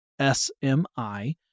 SMI